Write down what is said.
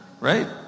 right